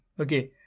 okay